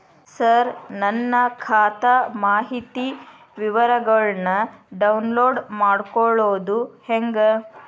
ಸರ ನನ್ನ ಖಾತಾ ಮಾಹಿತಿ ವಿವರಗೊಳ್ನ, ಡೌನ್ಲೋಡ್ ಮಾಡ್ಕೊಳೋದು ಹೆಂಗ?